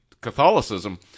Catholicism